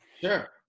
Sure